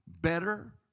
better